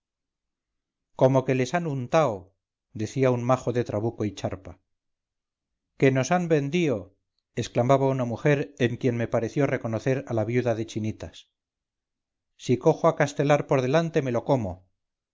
como que les han untao decía un majo de trabuco y charpa que nos han vendío exclamaba una mujer en quien me pareció reconocer a la viuda de chinitas si cojo a castelar por delante me lo como